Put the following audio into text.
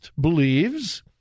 believes